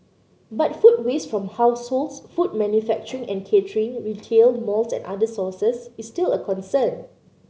but food waste from households food manufacturing and catering retail malls and other sources is still a concern